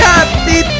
Happy